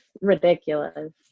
ridiculous